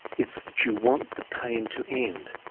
it's that you want the pain to end.